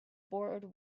board